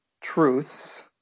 truths